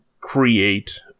create